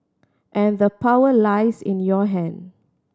and the power lies in your hand